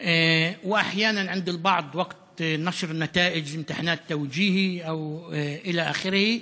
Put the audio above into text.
ולפעמים אנו עדים לה לאחר מועד פרסום תוצאות הבגרות וכיוצא בזה.